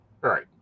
Right